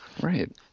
Right